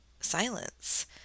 silence